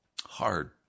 hard